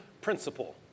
principle